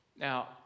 Now